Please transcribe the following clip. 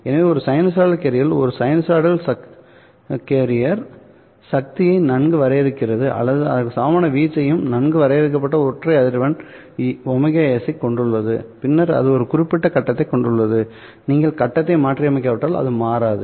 எனவேஒரு sinusoidal carrier ஒரு sinusoidal carrier சக்தியை நன்கு வரையறுக்கிறது அல்லது அதற்கு சமமான வீச்சையும்நன்கு வரையறுக்கப்பட்ட ஒற்றை அதிர்வெண் ωs கொண்டுள்ளது பின்னர் அது ஒரு குறிப்பிட்ட கட்டத்தைக் கொண்டுள்ளது நீங்கள் கட்டத்தை மாற்றியமைக்காவிட்டால் அது மாறாது